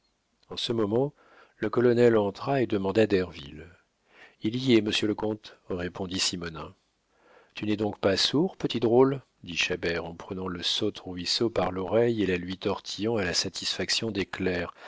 en ce moment le colonel entra et demanda derville il y est monsieur le comte dit simonnin tu n'es donc pas sourd petit drôle dit chabert en prenant le saute-ruisseau par l'oreille et la lui tortillant à la satisfaction